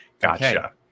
Gotcha